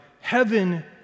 Heaven